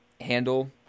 handle